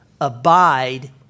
abide